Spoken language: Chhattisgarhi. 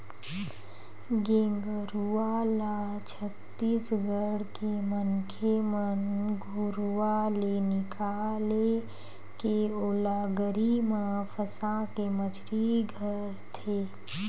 गेंगरूआ ल छत्तीसगढ़ के मनखे मन घुरुवा ले निकाले के ओला गरी म फंसाके मछरी धरथे